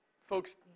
folks